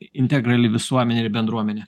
integrali visuomenė ir bendruomenė